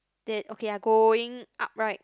that okay ah going upright